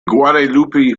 guadalupe